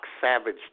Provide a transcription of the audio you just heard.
Savage